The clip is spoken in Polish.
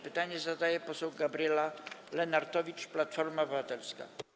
Pytanie zadaje poseł Gabriela Lenartowicz, Platforma Obywatelska.